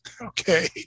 okay